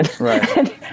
Right